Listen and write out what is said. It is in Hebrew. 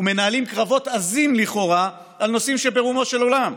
ומנהלים קרבות עזים לכאורה על נושאים שברומו של עולם,